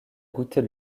goûter